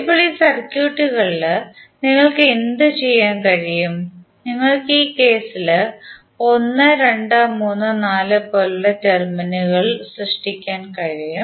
ഇപ്പോൾ ഈ സർക്യൂട്ടുകളിൽ നിങ്ങൾക്ക് എന്തുചെയ്യാൻ കഴിയും നിങ്ങൾക്ക് ഈ കേസിൽ 1 2 3 4 പോലുള്ള ടെർമിനലുകൾ സൃഷ്ടിക്കാൻ കഴിയും